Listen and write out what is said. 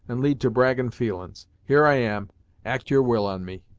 and lead to braggin' feelin's here i am act your will on me.